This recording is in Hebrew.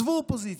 עזבו אופוזיציה,